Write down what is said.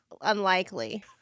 unlikely